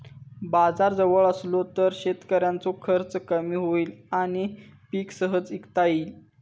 बाजार जवळ असलो तर शेतकऱ्याचो खर्च कमी होईत आणि पीक सहज इकता येईत